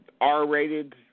R-rated